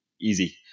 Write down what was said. easy